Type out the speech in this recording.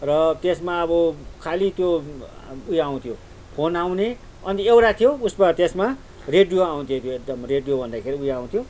र त्यसमा अब खालि त्यो उयो आउँथ्यो फोन आउने अन्त एउटा थियो उसमा त्यसमा रेडियो आउँथ्यो त्यो एकदम रेडियो भन्दाखेरि उयो आउँथ्यो